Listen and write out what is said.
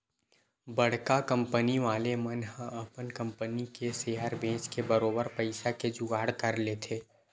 बड़का कंपनी वाले मन ह अपन कंपनी के सेयर बेंच के बरोबर पइसा के जुगाड़ कर लेथे